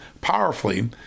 powerfully